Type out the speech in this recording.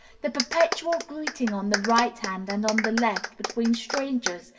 the perpetual greeting on the right hand and on the left, between strangers,